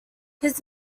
his